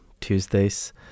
Tuesdays